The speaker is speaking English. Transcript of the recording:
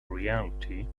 reality